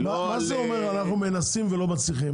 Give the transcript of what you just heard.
לא על --- מה זאת אומרת "אנחנו מנסים ולא מצליחים"?